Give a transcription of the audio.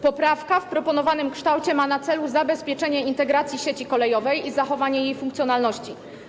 Poprawka w proponowanym kształcie ma na celu zabezpieczenie integracji sieci kolejowej i zachowanie jej funkcjonalności.